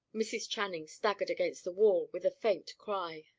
mrs. channing staggered against the wall, with a faint cry.